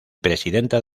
presidenta